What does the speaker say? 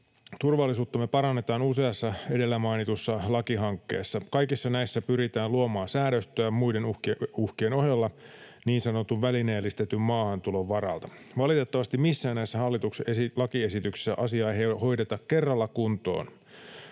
turvallisuuttamme parannetaan useassa edellä mainitussa lakihankkeessa. Kaikissa näissä pyritään luomaan säädöstöä muiden uhkien ohella niin sanotun välineellistetyn maahantulon varalta. Valitettavasti missään näissä hallituksen lakiesityksissä asiaa ei hoideta kerralla kuntoon.